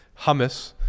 hummus